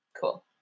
Cool